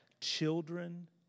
children